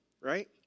right